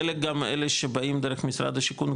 חלק גם אלה שבאים דרך משרד השיכון,